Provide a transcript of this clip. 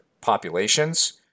populations